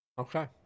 Okay